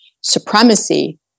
supremacy